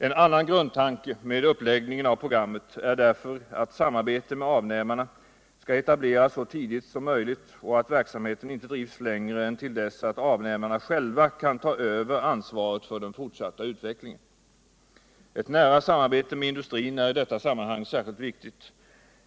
En annan grundtanke med uppläggningen av programmet är därför att samarbetet med avnämarna skall etableras så tidigt som möjligt och att verksamheten inte drivs längre än till dess att avnämarna själva kan ta över ansvaret för den fortsatta utvecklingen. Ett nära samarbete med industrin är i deta sammanhang särskilt viktigt.